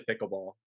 pickleball